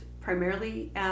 primarily